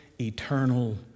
eternal